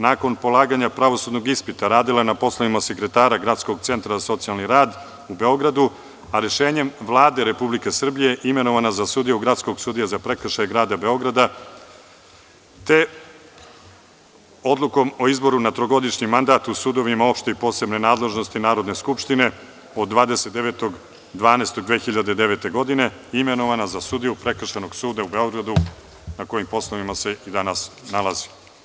Nakon polaganja pravosudnog ispita radila je na poslovima sekretara Gradskog centra za socijalni rad u Beogradu, a rešenjem Vlade Republike Srbije imenovana je za sudiju za prekršaje Grada Beograda, te odlukom o izboru na trogodišnji mandat u sudovima opšte i posebne nadležnosti Narodne skupštine od 29.12.2009. godine imenovana je za sudiju Prekršajnog suda u Beogradu, na kojim poslovima se i danas nalazi.